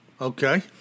Okay